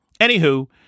Anywho